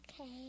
Okay